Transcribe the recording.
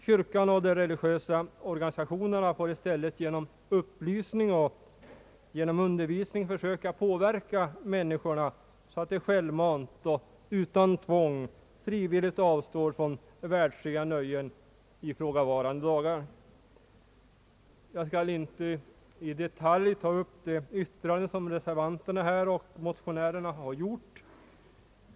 Kyrkan och de religiösa organisationerna får i stället genom upplysning och undervisning försöka påverka människorna så att de självmant och utan tvång frivilligt avstår från världsliga nöjen ifrågavarande dagar. Jag skall inte i detalj diskutera de yrkanden som reservanterna och motionärerna har framställt.